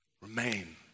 remain